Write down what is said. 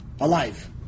alive